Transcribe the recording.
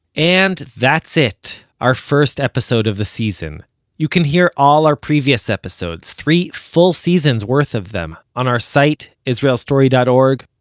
and that's it. our first episode of the season. you can hear all our previous episodes three full seasons worth of them on our site, israelstory dot org,